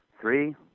Three